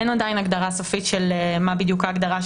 עדיין אין הגדרה סופית של מה בדיוק ההגדרה,